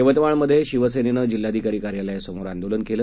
यवतमाळमधे शिवसेनेनं जिल्हाधिकारी कार्यालय समोर आंदोलन केलं